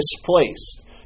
displaced